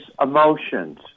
emotions